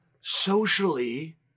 socially